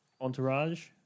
Entourage